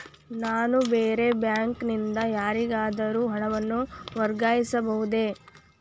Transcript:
ನಾನು ಬೇರೆ ಬ್ಯಾಂಕ್ ನಿಂದ ಯಾರಿಗಾದರೂ ಹಣವನ್ನು ವರ್ಗಾಯಿಸಬಹುದೇ?